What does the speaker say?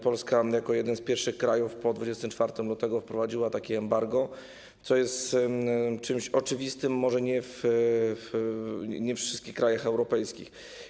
Polska jako jeden z pierwszych krajów po 24 lutego wprowadziła takie embargo, co jest czymś oczywistym może nie we wszystkich krajach europejskich.